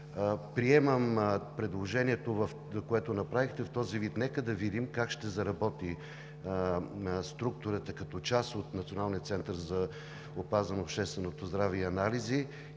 Приемам предложението, което направихте, в този вид. Нека да видим как ще заработи структурата като част от Националния център за опазване на общественото здраве и анализи